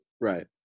right